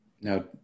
Now